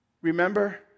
Remember